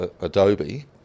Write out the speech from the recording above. Adobe